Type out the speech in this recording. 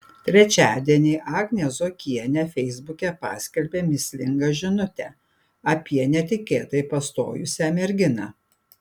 trečiadienį agnė zuokienė feisbuke paskelbė mįslingą žinutę apie netikėtai pastojusią merginą